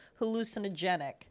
hallucinogenic